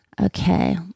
okay